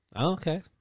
Okay